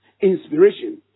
Inspiration